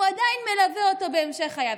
הוא עדיין מלווה אותו בהמשך חייו.